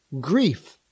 grief